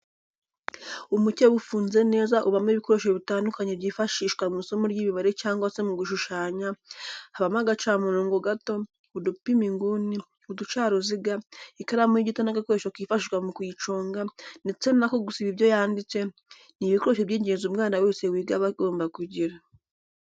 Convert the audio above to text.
Umukebe ufunze neza ubamo ibikoresho bitandukanye byifashishwa mu isomo ry'imibare cyangwa se mu gushushanya, habamo agacamurongo gato, udupima inguni, uducaruziga, ikaramu y'igiti n'agakoresho kifashishwa mu kuyiconga ndetse n'ako gusiba ibyo yanditse, ni ibikoresho by'ingenzi umwana wese wiga aba agomba kugira.